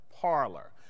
parlor